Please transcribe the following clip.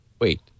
wait